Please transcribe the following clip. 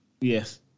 Yes